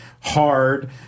hard